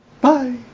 Bye